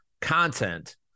content